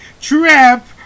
trap